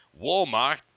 Walmart